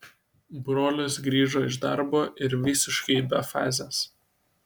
brolis grįžo iš darbo ir visiškai be fazės